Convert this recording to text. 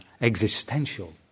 existential